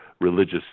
religious